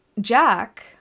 Jack